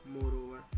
Moreover